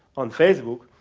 on facebook,